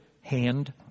hand